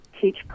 teach